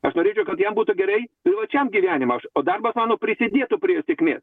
aš norėčiau kad jam būtų gerai privačiam gyvenime o aš o darbas mano prisidėtų prie jie sėkmės